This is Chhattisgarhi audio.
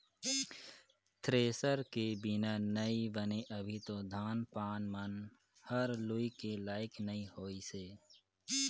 थेरेसर के बिना नइ बने अभी तो धान पान मन हर लुए के लाइक नइ होइसे